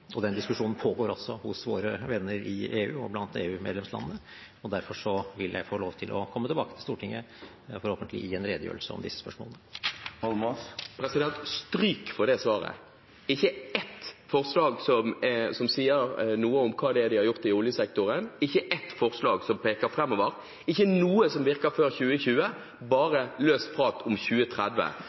Den diskusjonen pågår også hos våre venner i EU og blant EU-medlemslandene, og derfor vil jeg få lov til å komme tilbake til Stortinget, forhåpentlig i en redegjørelse om disse spørsmålene. Jeg gir stryk for det svaret – ikke ett forslag som sier noe om hva det er de har gjort i oljesektoren, ikke ett forslag som peker framover, ikke noe som virker før 2020, bare løst prat om 2030.